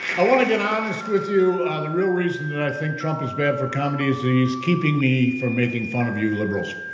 i want to get honest with you ah the real reason that i think trump is bad for comedy is he's keeping me from making fun of you liberals